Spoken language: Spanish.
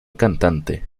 cantante